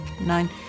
nine